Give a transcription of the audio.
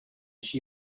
she